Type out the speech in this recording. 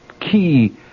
key